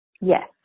Yes